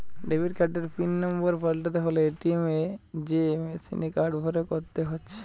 debit কার্ডের pin number পাল্টাতে হলে এ.টি.এম এ যেয়ে মেসিনে কার্ড ভরে করতে হচ্ছে